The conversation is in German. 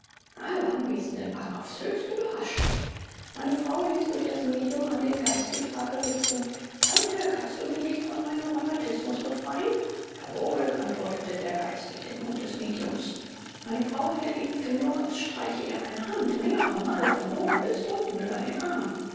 alle anwesenden waren aufs höchste überrascht meine frau ließ durch das medium an den geist die frage richten tante kannst du mich nicht von meinem rheumatismus befreien jawohl antwortete der geist durch den mund des mediums meine frau hatte die empfindung als streiche ihr eine hand mehrere male von oben bis unten über den arm